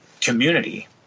community